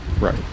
Right